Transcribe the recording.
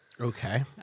Okay